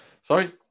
sorry